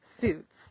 suits